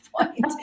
point